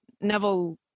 Neville